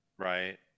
right